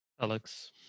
Alex